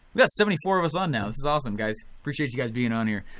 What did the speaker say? got seventy four of us on now, this is awesome guys. appreciate you guys being on here.